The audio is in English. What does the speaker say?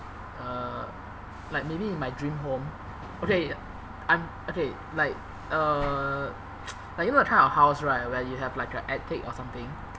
uh like maybe in my dream home okay I'm okay like uh you know that kind of house right where you have a attic or something